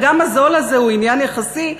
וגם הזול הזה הוא עניין יחסי,